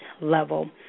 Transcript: level